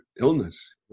illness